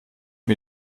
mir